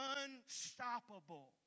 unstoppable